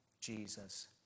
Jesus